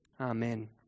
Amen